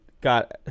got